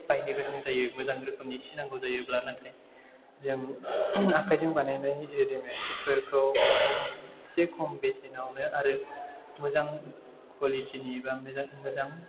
बायनो गोनां जायो मोजां रोखोमनि सि नांगौ जायोब्ला नाथाय जों आखाइजों बानायनाय रेडिमेदनि सिफ्राव एसे खम बेसेनावनो आरो मोजां क्वालिटिनि मोजां मोजां